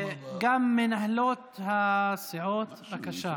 גם מנהלות הסיעות, בבקשה.